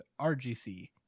RGC